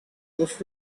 was